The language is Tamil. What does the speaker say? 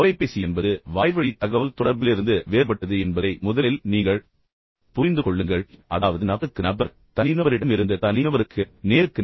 தொலைபேசி என்பது வாய்வழி தகவல்தொடர்பிலிருந்து வேறுபட்டது என்பதை முதலில் நீங்கள் புரிந்து கொள்ளுங்கள் அதாவது நபருக்கு நபர் அல்லது தனிநபரிடமிருந்து தனிநபருக்கு நேருக்கு நேர்